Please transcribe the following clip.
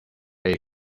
aid